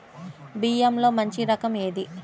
బియ్యంలో మంచి రకం ఏది?